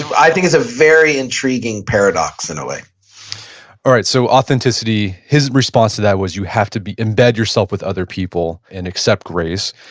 i think it's a very intriguing intriguing paradox in a way all right, so authenticity. his response to that was you have to be embedded yourself with other people and accept grace.